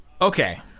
Okay